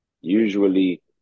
usually